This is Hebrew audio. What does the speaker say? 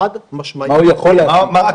חד משמעית --- מה הוא יכול להשיג,